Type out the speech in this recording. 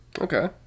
Okay